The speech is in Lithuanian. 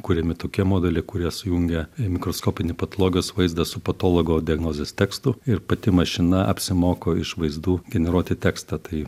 kuriami tokie modeliai kurie sujungia mikroskopinį patologijos vaizdą su patologo diagnozės tekstu ir pati mašina apsimoko iš vaizdų generuoti tekstą tai